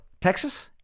Texas